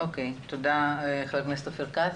תודה ח"כ אופיר כץ.